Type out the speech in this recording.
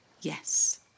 Yes